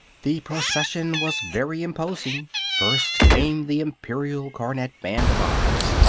the procession was very imposing. first came the imperial cornet band of oz,